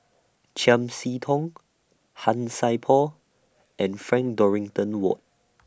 Chiam See Tong Han Sai Por and Frank Dorrington Ward